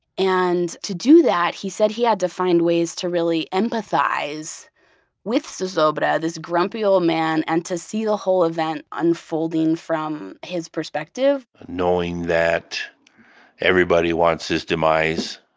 and to do that, he said he had to find ways to really empathize with zozobra this grumpy old man and to see the whole event unfolding from his perspective knowing that everybody wants his demise,